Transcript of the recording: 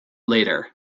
later